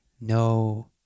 No